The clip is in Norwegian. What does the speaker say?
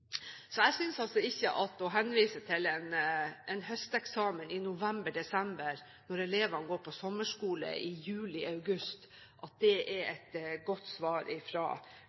Jeg synes altså ikke at å henvise til en høsteksamen i november/desember når elevene går på sommerskole i juli/august, er et godt svar